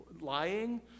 Lying